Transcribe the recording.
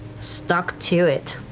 stuck to it.